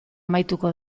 amaituko